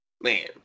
Man